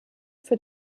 für